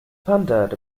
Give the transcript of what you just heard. pondered